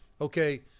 Okay